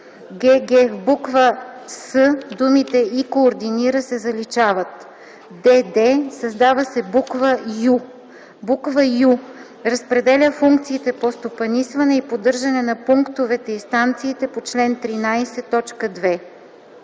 гг) в буква „с” думите „и координира” се заличават; дд) създава се буква „ю”: „ю) разпределя функциите по стопанисване и поддържане на пунктовете и станциите по чл. 13,